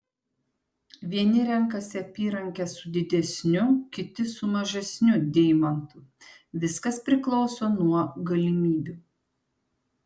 vieni renkasi apyrankę su didesniu kiti su mažesniu deimantu viskas priklauso nuo galimybių